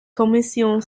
commission